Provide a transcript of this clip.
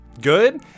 good